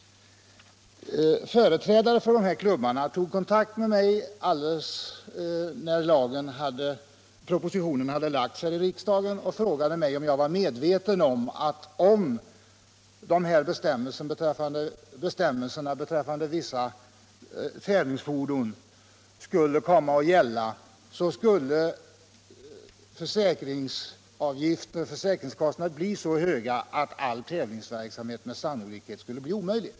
Företrädare för dessa klubbar tog kontakt med mig när propositionen hade lagts i riksdagen och frågade mig, om jag var medveten om att om bestämmelserna beträffande vissa tävlingsfordon antogs skulle försäkringskostnaderna bli så höga att all tävlingsverksamhet sannolikt skulle bli omöjlig.